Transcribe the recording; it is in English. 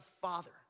Father